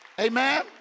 Amen